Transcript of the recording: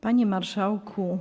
Panie Marszałku!